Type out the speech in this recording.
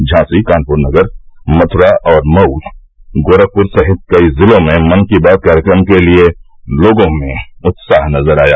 झांसी कानपुर नगर मथुरा मऊ और गोरखपुर सहित कई ज़िलों में मन की बात कार्यक्रम के लिये लोगों में उत्साह नज़र आया